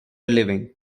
living